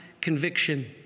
conviction